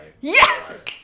Yes